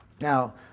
Now